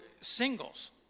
singles